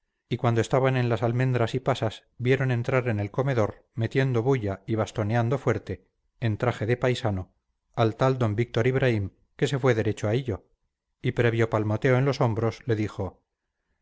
y cuando estaban en las almendras y pasas vieron entrar en el comedor metiendo bulla y bastoneando fuerte en traje de paisano al tal d víctor ibraim que se fue derecho a hillo y previo palmoteo en los hombros le dijo